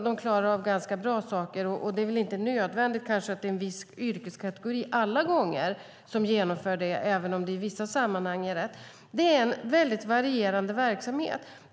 De klarar av ganska bra saker, och det är kanske inte nödvändigt att det är en viss yrkeskategori alla gånger som genomför det, även om det i vissa sammanhang är rätt. Det är en väldigt varierande verksamhet.